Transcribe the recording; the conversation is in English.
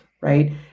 Right